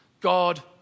God